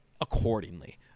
accordingly